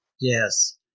Yes